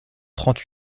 trente